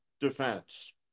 defense